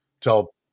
tell